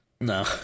No